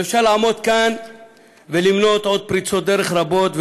ואפשר לעמוד כאן ולמנות עוד פריצות דרך רבות,